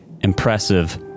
impressive